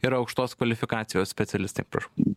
yra aukštos kvalifikacijos specialistai prašau